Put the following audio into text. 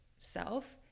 self